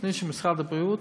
בתוכנית של משרד הבריאות,